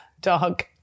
Dog